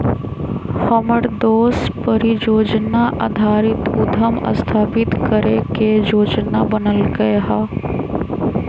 हमर दोस परिजोजना आधारित उद्यम स्थापित करे के जोजना बनलकै ह